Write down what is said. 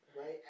right